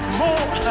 more